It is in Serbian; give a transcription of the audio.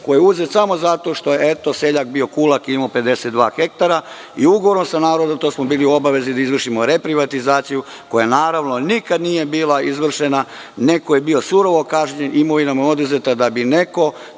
koji je uzet samo zato što je, eto, seljak bio kulak i imao 52 hektara i ugovorom sa narodom, to smo bili u obavezi da izvršimo reprivatizaciju koja, naravno, nikad nije bila izvršena. Neko je bio surovo kažnjen i imovina mu je oduzeta da bi neko